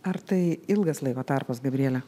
ar tai ilgas laiko tarpas gabriele